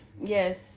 yes